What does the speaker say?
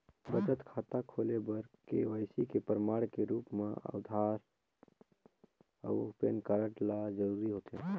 बचत खाता खोले बर के.वाइ.सी के प्रमाण के रूप म आधार अऊ पैन कार्ड ल जरूरी होथे